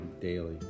daily